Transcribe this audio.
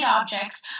objects